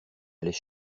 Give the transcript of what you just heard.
allait